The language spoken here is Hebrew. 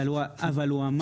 אבל הוא אמר שלא להפריע.